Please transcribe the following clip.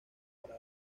para